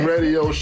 Radio